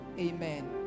amen